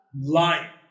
lying